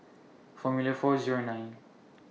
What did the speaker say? Formula four Zero nine